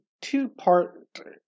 two-part